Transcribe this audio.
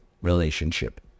relationship